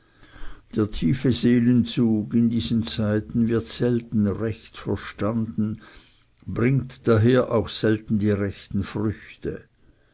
der tiefe seelenzug in diesen zeiten wird selten recht verstanden bringt daher auch selten die rechten früchte